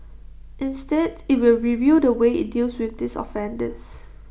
instead IT will review the way IT deals with these offenders